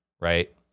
right